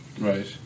Right